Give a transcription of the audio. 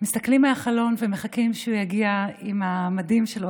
מסתכלים מהחלון ומחכים שהוא יגיע עם המדים שלו.